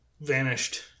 vanished